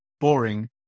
Boring